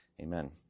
amen